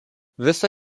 visą